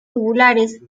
tubulares